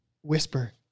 Whisper